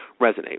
resonate